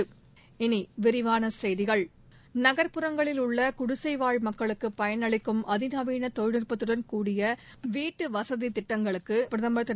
இனி விரிவான செய்திகள் நகர்ப்புறங்களில் உள்ள குடிசைவாழ் மக்களுக்கு பயன் அளிக்கும் அதிநவீன தொழில்நட்பத்தடன் கூடிய வீட்டுவசதி திட்டங்களுக்கு பிரதமா் திரு